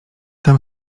tam